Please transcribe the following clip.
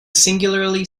singularly